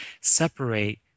separate